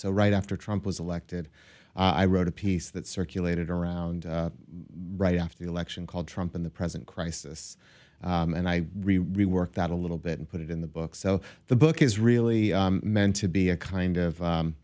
so right after trump was elected i wrote a piece that circulated around right after the election called trump in the present crisis and i reworked that a little bit and put it in the book so the book is really meant to be a kind of